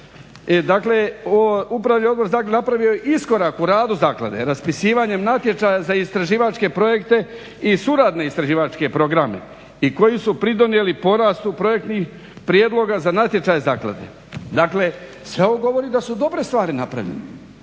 Dakle upravni odbor zaklade napravio je iskorak u radu zaklade raspisivanjem natječaja za istraživačke projekte i suradne istraživačke programe i koji su pridonijeli porastu projektnih prijedloga za natječaje zaklade. Dakle, sve ovo govori da su dobre stvari napravljene,